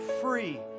Free